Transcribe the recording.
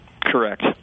Correct